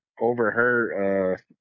overheard